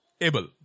able